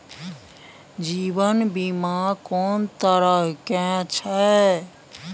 जीवन बीमा कोन तरह के छै?